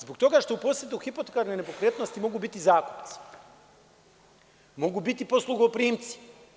Zbog toga što u posedu hipotekarne nepokretnosti mogu biti zakupci i mogu biti poslugoprimci.